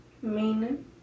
Meaning